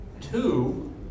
Two